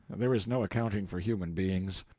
there is no accounting for human beings.